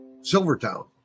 Silvertown